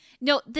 No